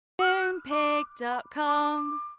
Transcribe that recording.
Moonpig.com